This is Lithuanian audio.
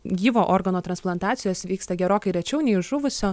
gyvo organo transplantacijos vyksta gerokai rečiau nei žuvusio